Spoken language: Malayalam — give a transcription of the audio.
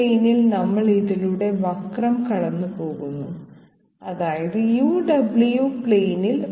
uv പ്ലെയിനിൽ നമ്മൾ ഇതിലൂടെ വക്രം കടന്നുപോകുന്നു അതായത് uw പ്ലെയിനിൽ